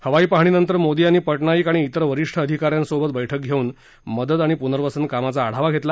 हवाई पाहणी नंतर मोदी यांनी पटनाईक आणि त्रिर वरिष्ठ अधिकाऱ्यांसोबत बर्क्क घेऊन मदत आणि पुनर्वसन कामाचा आढावा घेतला